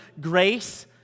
grace